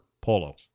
polo